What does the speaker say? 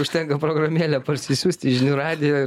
užtenka programėlę parsisiųsti žinių radijo